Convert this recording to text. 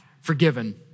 forgiven